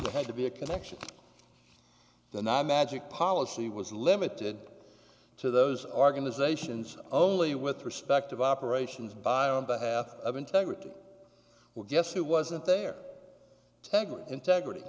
it had to be a connection the not magic policy was limited to those are going is ations only with respect of operations buy on behalf of integrity well guess who wasn't there tegra integrity